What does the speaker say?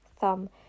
thumb